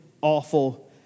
awful